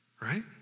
right